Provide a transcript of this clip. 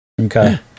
Okay